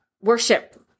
worship